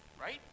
right